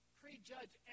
prejudge